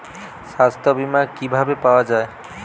সাস্থ্য বিমা কি ভাবে পাওয়া যায়?